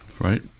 right